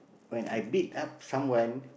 when I beat up someone